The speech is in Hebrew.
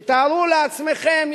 שתארו לעצמכם,